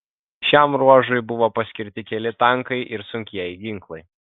šiam ruožui buvo paskirti keli tankai ir sunkieji ginklai